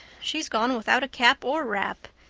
she's gone without a cap or wrap.